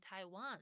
Taiwan